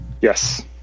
yes